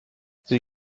sie